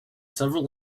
several